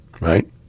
right